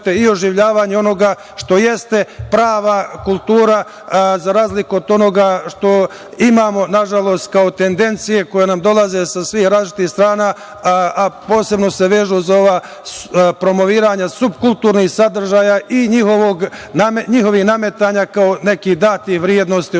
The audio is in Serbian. i oživljavanje onoga što jeste prava kultura, za razliku od onoga što imamo, nažalost, kao tendencije koje nam dolaze sa svih različitih strana, a posebno se vežu za promovisanje subkulturnih sadržaja i njihovih nametanja kao nekih datih vrednosti.